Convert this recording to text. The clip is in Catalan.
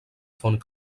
font